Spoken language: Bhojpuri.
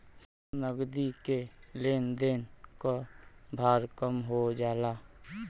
नगदी के लेन देन क भार कम हो जाला